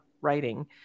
writing